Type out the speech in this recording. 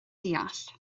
deall